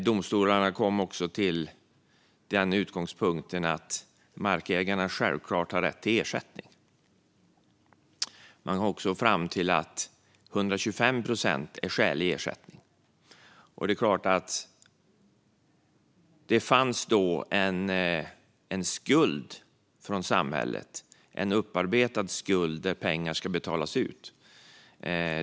Domstolarna kom också till den utgångspunkten att markägarna självklart har rätt till ersättning. Man kom också fram till att 125 procent är skälig ersättning. Det är klart att det fanns en skuld från samhället - en upparbetad skuld - där pengar ska betalas ut.